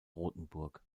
rothenburg